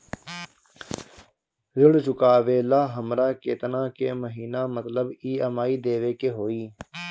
ऋण चुकावेला हमरा केतना के महीना मतलब ई.एम.आई देवे के होई?